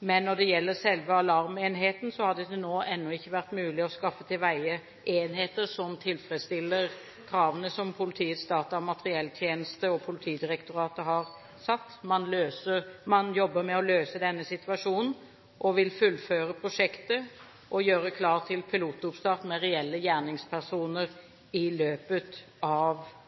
men når det gjelder selve alarmenheten, har det til nå ikke vært mulig å skaffe til veie enheter som tilfredsstiller kravene som Politiets datamaterielltjeneste og Politidirektoratet har satt. Man jobber med å løse denne situasjonen, og vil fullføre prosjektet og gjøre klart til pilotoppstart med reelle gjerningspersoner i løpet av